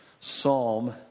psalm